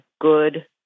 good